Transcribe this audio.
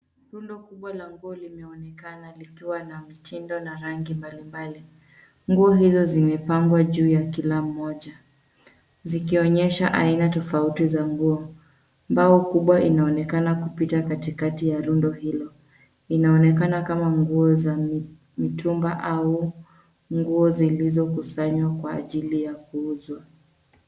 Rundo kubwa la nguo limeonekana likiwa na mitindo na rangi mbalimbali. Nguo hizo zimepangwa juu ya kila mmoja, zikionyesha aina tofauti za nguo. Mbao kubwa inaonekana kupita katikati ya rundo hilo. Inaonekana kama nguo za mitumba au nguo zilizokusanywa kwa ajili ya kuuzwa.